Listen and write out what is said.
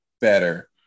better